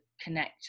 connect